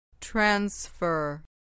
transfer